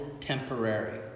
temporary